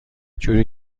جوری